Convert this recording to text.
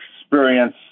experience